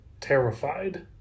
Terrified